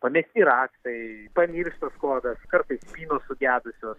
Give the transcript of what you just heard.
pamesti raktai pamirštas kodas kartais spynos sugedusios